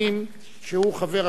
שהוא חבר הכנסת